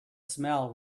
smell